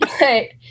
Right